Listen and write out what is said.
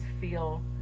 feel